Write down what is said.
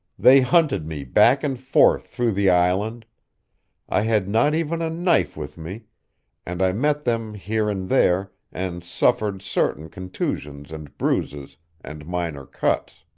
they hunted me back and forth through the island i had not even a knife with me and i met them here and there, and suffered certain contusions and bruises and minor cuts.